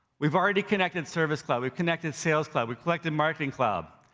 we've already connected service cloud, we've connected sales cloud, we've connected marketing cloud.